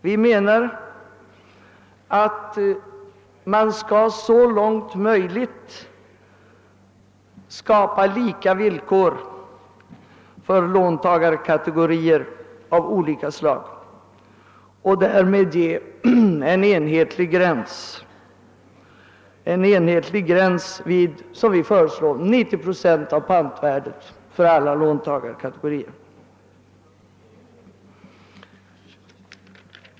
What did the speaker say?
Vi menar att man så långt det är möjligt bör skapa lika villkor för låntagarkategorier av olika slag och därmed sätta en enhetlig gräns vid, som vi föreslår, 90 procent av pantvärdet för alla låntagarkategorier.